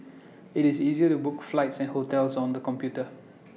IT is easy to book flights and hotels on the computer